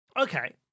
okay